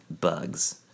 bugs